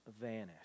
vanish